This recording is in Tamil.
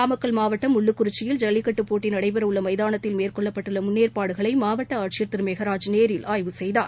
நாமக்கல் மாவட்டம் முள்ளுக்குறிச்சியில் ஜல்லிக்கட்டு போட்டி நடைபெறவுள்ள மைதானத்தில் மேற்கொள்ளப்பட்டுள்ள முன்னேற்பாடுகளை மாவட்ட ஆட்சியர் திரு மெகராஜ் நேரில் ஆய்வு செய்தார்